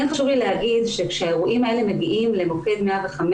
כן חשוב לי לומר שכאשר האירועים האלה מגיעים למוקד 105,